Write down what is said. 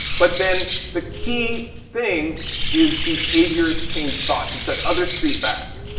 but then, the key thing is behaviors change thoughts. it's that other street back.